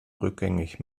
rückgängig